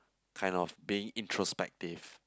kind of being introspective